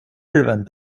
日本